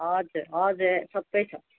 हजुर हजुर सबै छ